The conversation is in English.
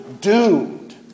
doomed